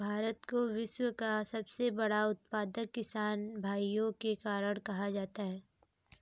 भारत को विश्व का सबसे बड़ा उत्पादक किसान भाइयों के कारण कहा जाता है